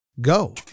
go